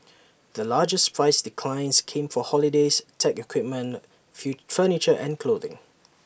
the largest price declines came for holidays tech equipment feel furniture and clothing